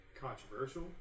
controversial